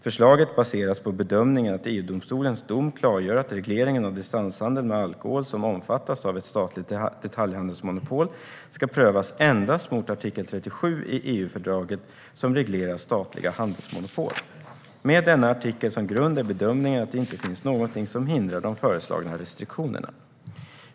Förslaget baseras på bedömningen att EU-domstolens dom klargör att regleringen av distanshandel med alkohol som omfattas av ett statligt detaljhandelsmonopol ska prövas endast mot artikel 37 i EU-fördraget, som reglerar statliga handelsmonopol. Med denna artikel som grund är bedömningen att det inte finns någonting som hindrar de föreslagna restriktionerna.